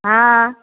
हँ